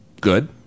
Good